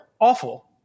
awful